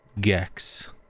gex